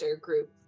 group